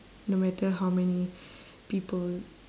no matter how many people